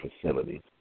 facility